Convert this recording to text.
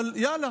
אבל יאללה.